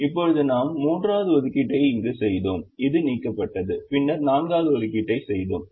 இப்போது நாம் 3 வது ஒதுக்கீட்டை இங்கு செய்தோம் இது நீக்கப்பட்டது பின்னர் 4 வது ஒதுக்கீட்டை செய்தோம்